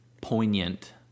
poignant